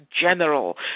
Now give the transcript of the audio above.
general